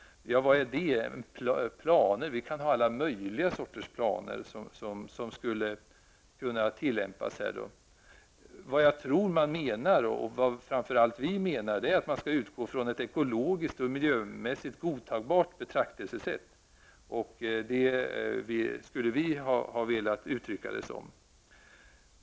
Vad är det? Vi kan ha alla möjliga sorters planer som skulle kunna tillämpas i det här sammanhanget. Vad jag tror att man menar, och framför allt vad vi menar, är att man skall utgå från ett ekologiskt och miljömässigt godtagbart betraktelsesätt. Vi hade velat uttrycka det på det sättet.